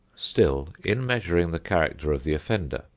still, in measuring the character of the offender,